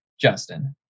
Justin